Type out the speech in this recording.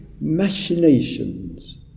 machinations